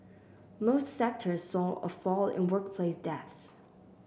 most sectors saw a fall in workplace deaths